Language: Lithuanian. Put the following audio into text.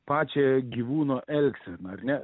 pačią gyvūno elgseną ar ne